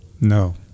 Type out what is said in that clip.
No